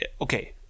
Okay